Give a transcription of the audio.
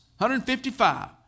155